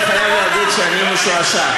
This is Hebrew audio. אני חייב להגיד שאני משועשע.